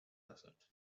desert